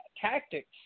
tactics